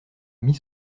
mit